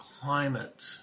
climate